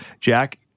Jack